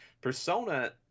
Persona